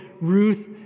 Ruth